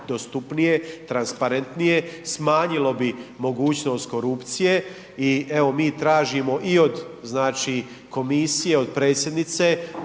dostupnije, transparentnije, smanjilo bi mogućnost korupcije i evo mi tražimo i od komisije, od predsjednice